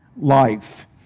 life